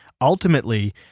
ultimately